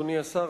אדוני השר,